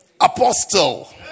Apostle